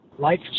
life